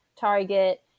target